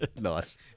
Nice